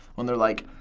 when they're like,